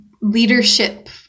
leadership